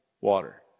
water